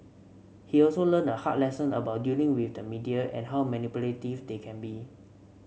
he also learned a hard lesson about dealing with the media and how manipulative they can be